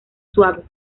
suave